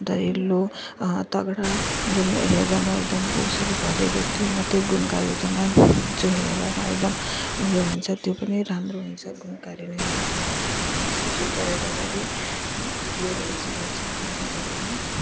दरिलो तगडा जुन हेर्दामा एकदम बोसोले भरिएको त्यो मात्र गुणकारी हुँदैन जो हेर्दामा एकदम उयो हुन्छ त्यो पनि राम्रो हुन्छ गुणकारी नै हुन्छ त्यो यस्तो सोचेर हेर्दाखेरि त्यो त्यसलाई चाहिँ हामीलाई धेरै नै